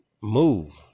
move